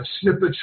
Snippets